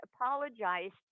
apologized